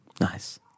Nice